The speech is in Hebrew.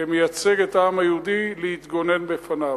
כמייצגת העם היהודי, להתגונן בפניו.